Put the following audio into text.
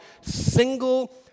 single